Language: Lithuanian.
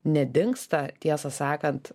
nedingsta tiesą sakant